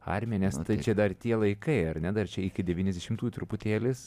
armiją nes tai čia dar tie laikai ar ne dar čia iki devyniasdešimtųjų truputėlis